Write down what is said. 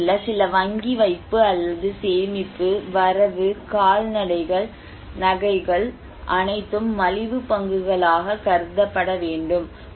நம்மிடம் உள்ள சில வங்கி வைப்பு அல்லது சேமிப்பு வரவு கால்நடைகள் நகைகள் அனைத்தும் மலிவு பங்குகளாக கருதப்பட வேண்டும்